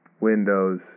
Windows